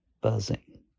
buzzing